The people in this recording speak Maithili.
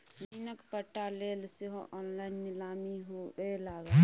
जमीनक पट्टा लेल सेहो ऑनलाइन नीलामी हुअए लागलै